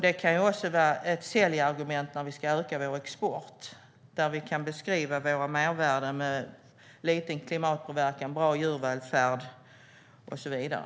Det kan också vara ett säljargument när vi ska öka vår export. Vi kan beskriva våra mervärden med liten klimatpåverkan, bra djurvälfärd och så vidare.